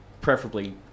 preferably